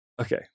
Okay